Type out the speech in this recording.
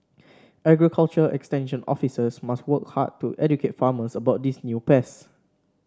agriculture extension officers must work hard to educate farmers about these new pests